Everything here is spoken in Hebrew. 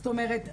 זאת אומרת,